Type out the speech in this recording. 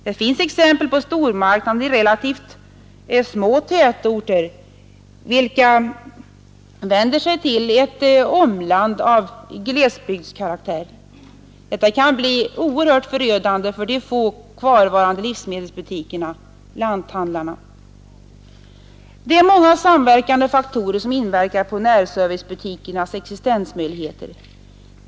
Det finns exempel på stormarknader i relativt små tätorter, vilka vänder sig till ett omland av glesbygdskaraktär. Detta kan bli förödande för de få kvarvarande livsmedelsbutikerna-lanthandlarna. Det är många samverkande faktorer som inverkar på närservicebutikernas existensmöjligheter.